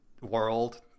world